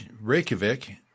Reykjavik